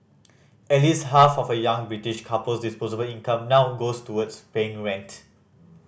at least half of a young British couple's disposable income now goes towards paying rent